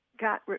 got –